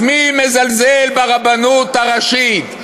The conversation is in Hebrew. אז מי מזלזל ברבנות הראשית?